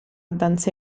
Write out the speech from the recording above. danze